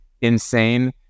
insane